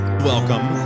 welcome